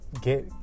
Get